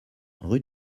rue